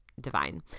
divine